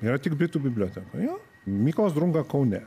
yra tik britų bibliotekoje mykolas drunga kaune